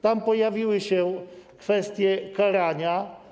Tam pojawiły się kwestie karania.